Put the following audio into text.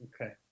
Okay